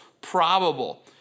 probable